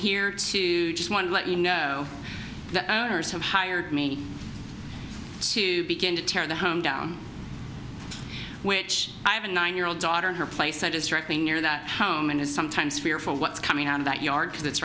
here to just want to let you know that owners have hired me to begin to tear the home down which i have a nine year old daughter in her place that is directly near that home and is sometimes fearful what's coming out of that yard